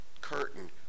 curtain